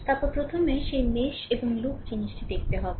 তারপরে প্রথমে সেই মেশ এবং লুপ জিনিসটি দেখতে হবে